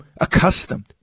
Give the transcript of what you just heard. accustomed